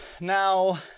Now